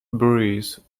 breeze